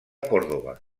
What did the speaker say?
còrdova